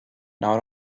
not